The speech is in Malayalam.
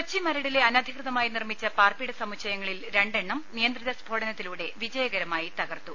കൊച്ചി മരടിലെ അനധികൃതമായി നിർമ്മിച്ച പാർപ്പിട സമുച്ചയങ്ങളിൽ രണ്ടെണ്ണം നിയന്ത്രിത സ്ഫോടനത്തി ലൂടെ വിജയകരമായി തകർത്തു